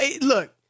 Look